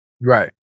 Right